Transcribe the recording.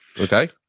Okay